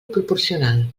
proporcional